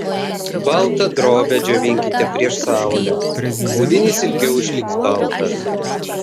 baltą drobę džiovinkite prieš saulę audinys ilgiau išliks baltas